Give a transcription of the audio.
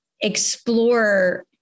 explore